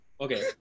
Okay